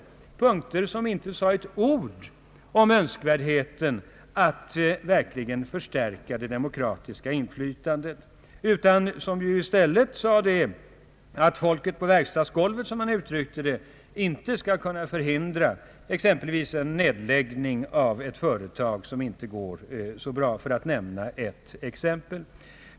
I dessa punkter sades inte ett ord om önskvärdheten att verkligen förstärka det demokratiska inflytandet, utan det sades i stället att folket på verkstadsgolvet inte skulle kunna förhindra ex empelvis en nedläggning av ett företag som inte går så bra.